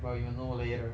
well you will know later